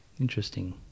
interesting